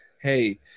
hey